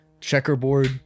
checkerboard